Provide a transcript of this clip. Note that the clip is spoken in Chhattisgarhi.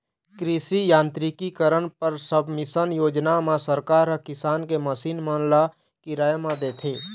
कृषि यांत्रिकीकरन पर सबमिसन योजना म सरकार ह किसानी के मसीन मन ल किराया म देथे